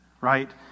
right